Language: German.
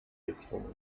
gezwungen